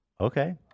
Okay